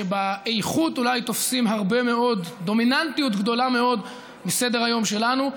שבאיכות אולי תופסים דומיננטיות גדולה מאוד בסדר-היום שלנו,